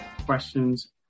questions